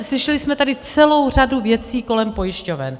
Slyšeli jsme tady celou řadu věcí kolem pojišťoven.